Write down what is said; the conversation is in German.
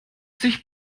sich